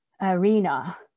arena